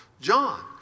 John